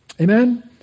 Amen